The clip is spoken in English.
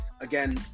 Again